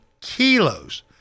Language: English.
kilos